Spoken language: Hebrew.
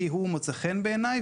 כי הוא מצא חן בעיניי,